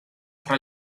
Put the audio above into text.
tra